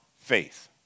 faith